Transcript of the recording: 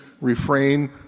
refrain